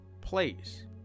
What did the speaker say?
place